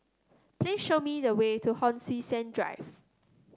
please show me the way to Hon Sui Sen Drive